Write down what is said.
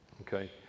okay